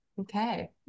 Okay